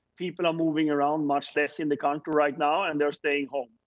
people are moving around much less in the country right now, and they're staying home.